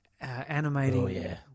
animating